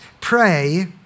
Pray